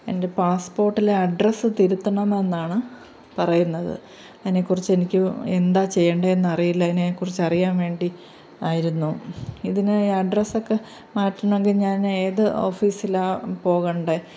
എൻ്റെ പാസ്പോർട്ടിലെ അഡ്രസ്സ് തിരുത്തണമെന്നാണ് പറയുന്നത് അതിനെക്കുറിച്ച് എനിക്ക് എന്താ ചെയ്യേണ്ടതെന്നറിയില്ല അതിനെക്കുറിച്ചറിയാൻ വേണ്ടി ആയിരുന്നു ഇതിന് അഡ്രസ്സൊക്കെ മാറ്റണമെങ്കിൽ ഞാൻ ഏതു ഓഫീസിലാണ് പോകേണ്ടെ